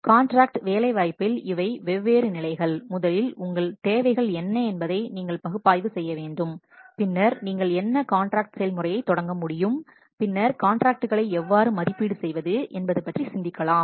contract வேலைவாய்ப்பில் இவை வெவ்வேறு நிலைகள் முதலில் உங்கள் தேவைகள் என்ன என்பதை நீங்கள் பகுப்பாய்வு செய்ய வேண்டும் பின்னர் நீங்கள் காண்ட்ராக்ட் செயல்முறையைத் தொடங்க முடியும் பின்னர் காண்ட்ராக்ட்களை எவ்வாறு மதிப்பீடு செய்வது என்பது பற்றி சிந்திக்கலாம்